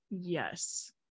Yes